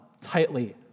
tightly